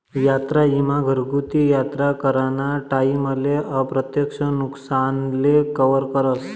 यात्रा ईमा घरगुती यात्रा कराना टाईमले अप्रत्यक्ष नुकसानले कवर करस